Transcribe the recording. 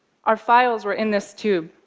our files were in this tube.